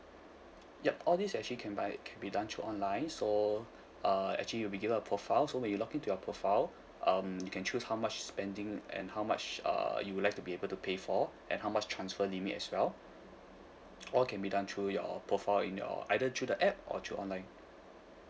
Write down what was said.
yup all these actually can by can be done through online so uh actually you'll be given a profile so when you login to your profile um you can choose how much spending and how much uh you would like to be able to pay for and how much transfer limit as well all can be done through your profile in your either through the app or through online